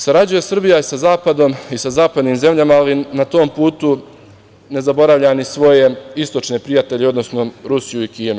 Sarađuje Srbija sa Zapadom i zapadnim zemljama, ali na tom putu ne zaboravlja ni svoje istočne prijatelje, odnosno Rusiju i Kinu.